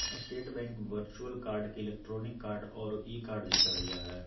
state bank virtual card के electronic card औरो e card भी कहल जा हइ